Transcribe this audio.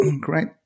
Great